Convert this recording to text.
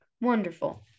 wonderful